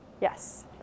Yes